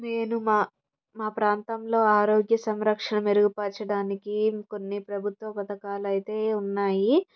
నేను మా మా ప్రాంతంలో ఆరోగ్య సంరక్షణ మెరుగుపరచడానికి కొన్ని ప్రభుత్వ పథకాలు అయితే ఉన్నాయి